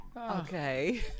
Okay